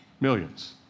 Millions